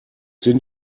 sind